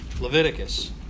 Leviticus